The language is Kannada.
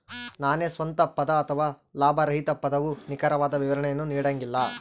ತಾನೇ ಸ್ವಂತ ಪದ ಅಥವಾ ಲಾಭರಹಿತ ಪದವು ನಿಖರವಾದ ವಿವರಣೆಯನ್ನು ನೀಡಂಗಿಲ್ಲ